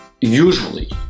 usually